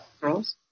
Girls